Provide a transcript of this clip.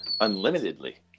unlimitedly